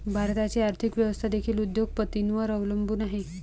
भारताची आर्थिक व्यवस्था देखील उद्योग पतींवर अवलंबून आहे